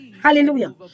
Hallelujah